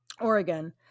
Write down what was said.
Oregon